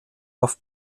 auf